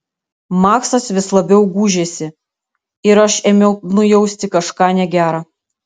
maksas vis labiau gūžėsi ir aš ėmiau nujausti kažką negera